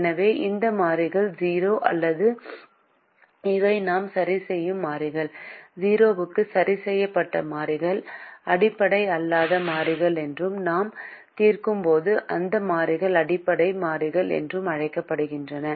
எனவே இந்த மாறிகள் 0 அல்லது இவை நாம் சரிசெய்யும் மாறிகள் 0 க்கு சரி செய்யப்பட்ட மாறிகள் அடிப்படை அல்லாத மாறிகள் என்றும் நாம் தீர்க்கும் அந்த மாறிகள் அடிப்படை மாறிகள் என்றும் அழைக்கப்படுகின்றன